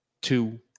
two